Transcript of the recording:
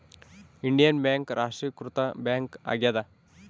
Indian bank ರಾಷ್ಟ್ರೀಕೃತ bank ಆಗ್ಯಾದ